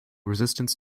resistance